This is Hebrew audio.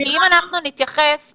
כי אם אנחנו נתייחס,